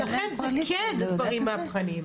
אז לכן אלה כן דברים מהפכניים.